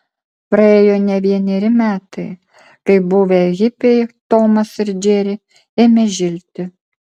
praėjo ne vieneri metai kai buvę hipiai tomas ir džeri ėmė žilti